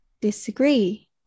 disagree